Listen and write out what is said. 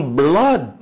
blood